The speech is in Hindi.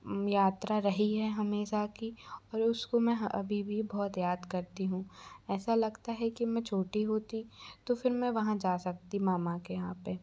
यात्रा रही है हमेशा की और उसको मैं अभी भी बहोत याद करती हूँ ऐसा लगता है की मैं छोटी होती तो फिर मैं वहाँ जा सकती मामा के यहाँ पर